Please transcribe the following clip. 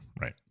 right